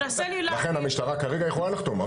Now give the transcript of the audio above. לכן המשטרה כרגע יכולה לחתום.